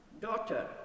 Daughter